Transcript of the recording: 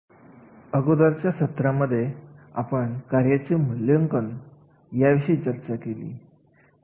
तर अगोदरच्या सत्रांमध्ये गरजांचे मूल्यांकन याविषयी आपण चर्चा केली